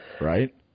Right